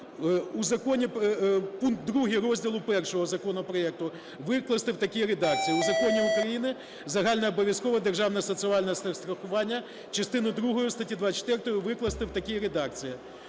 пункт 2 розділу І законопроекту викласти в такій редакції в Законі України "Про загальнообов'язкове державне соціальне страхування" частину другу статті 24 викласти в такій редакції: